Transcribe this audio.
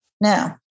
now